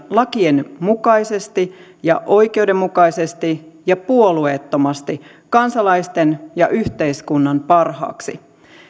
lakien mukaisesti ja oikeudenmukaisesti ja puolueettomasti kansalaisten ja yhteiskunnan parhaaksi